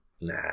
nah